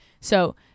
So-